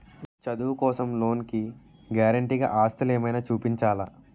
చదువు కోసం లోన్ కి గారంటే గా ఆస్తులు ఏమైనా చూపించాలా?